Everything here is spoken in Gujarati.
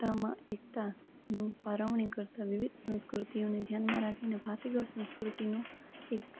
તામાં એકતાનું ફાળવણી કરતાં વિવિધ સંસ્કૃતિઓને ધ્યાનમાં રાખીને ભાતીગળ સંસ્કૃતિનું એક